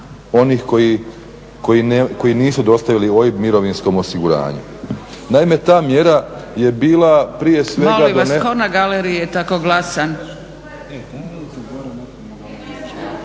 onih koji nisu dostavili OIB Mirovinskom osiguranje. Naime, ta mjera je bila prije svega…